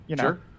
Sure